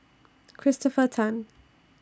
Christopher Tan